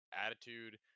attitude